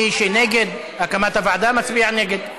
מי שנגד הקמת הוועדה מצביע נגד.